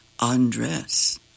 undress